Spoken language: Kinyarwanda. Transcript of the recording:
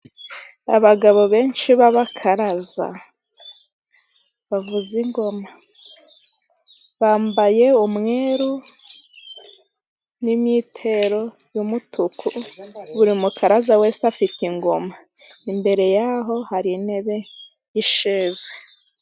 Abagabo benshi b'abakaraza bavuza ingoma bambaye umweru n'imyitero y'umutuku, buri mukaraza wese afite ingoma, imbere y'aho hari intebe y'isheze.